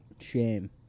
Shame